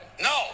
No